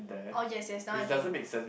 oh yes yes that one I know